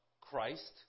Christ